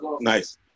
Nice